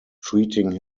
treating